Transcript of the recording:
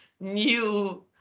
new